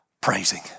praising